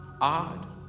odd